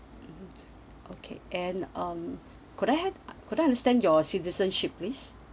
mmhmm okay and um could I have could I understand your citizenship please